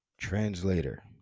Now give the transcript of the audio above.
translator